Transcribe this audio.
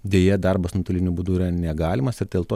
deja darbas nuotoliniu būdu yra negalimas ir dėl to